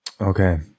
Okay